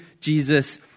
Jesus